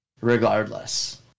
regardless